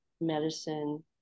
medicine